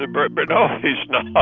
ah but but no, he's not.